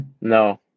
No